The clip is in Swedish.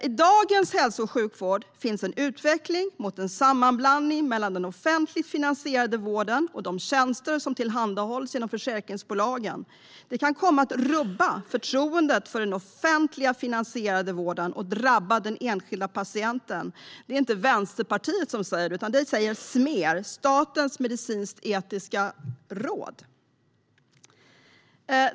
I dagens hälso och sjukvård finns en utveckling mot en sammanblandning mellan den offentligt finansierade vården och de tjänster som tillhandahålls genom försäkringsbolagen. Det kan komma att rubba förtroendet för den offentligt finansierade vården och drabba den enskilda patienten. Det är inte Vänsterpartiet som säger det utan det är Smer, Statens medicinsk-etiska råd.